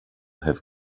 have